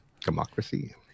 Democracy